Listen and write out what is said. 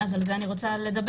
על זה אני רוצה לדבר.